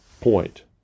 point